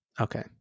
okay